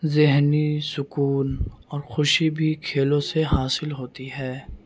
ذہنی سکون اور خوشی بھی کھیلوں سے حاصل ہوتی ہے